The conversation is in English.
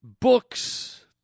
books